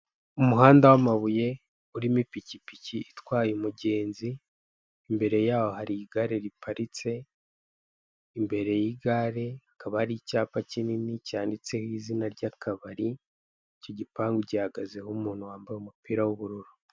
Umuhanda w'amabuye urimo ipikipiki itwaye umugenzi, imbere yaho hari igare riparitse, imbere y'igare hakaba hari icyapa kinini cyanditesho izina ry'akabari, icyo gipangu gihagazeho umuntu wambaye umupira w'ubururu.